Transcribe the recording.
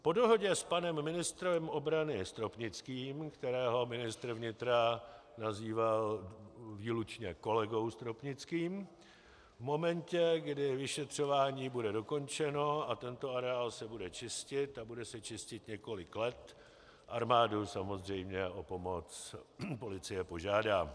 Po dohodě s panem ministrem obrany Stropnickým, kterého ministr vnitra nazýval výlučně kolegou Stropnickým, v momentě, kdy bude vyšetřování dokončeno a tento areál se bude čistit, a bude se čistit několik let, armádu samozřejmě o pomoc policie požádá.